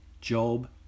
Job